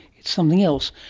it's something else.